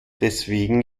deswegen